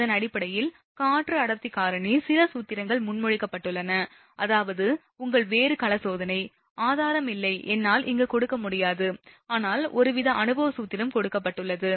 அதன் அடிப்படையில் காற்று அடர்த்தி காரணி சில சூத்திரங்கள் முன்மொழியப்பட்டுள்ளன அதாவது உங்கள் வேறு கள சோதனை ஆதாரம் இல்லை என்னால் இங்கு கொடுக்க முடியாது ஆனால் ஒருவித அனுபவ சூத்திரம் கொடுக்கப்பட்டுள்ளது